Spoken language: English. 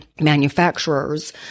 manufacturers